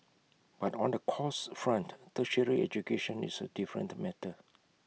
but on the costs front tertiary education is A different matter